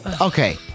okay